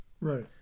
Right